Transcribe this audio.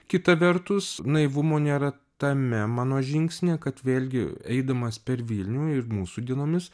kita vertus naivumo nėra tame mano žingsnyje kad vėlgi eidamas per vilnių ir mūsų dienomis